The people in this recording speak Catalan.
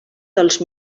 dels